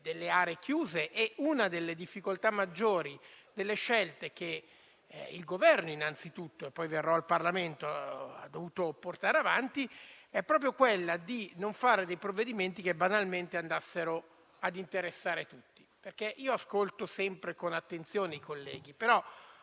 delle aree chiuse. Una delle difficoltà maggiori delle scelte che innanzitutto il Governo - poi parlerò del Parlamento - ha dovuto portare avanti è proprio quella di non emanare dei provvedimenti che, banalmente, andassero ad interessare tutti. Ascolto sempre con attenzione i colleghi, ma